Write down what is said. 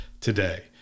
today